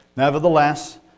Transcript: Nevertheless